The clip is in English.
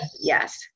yes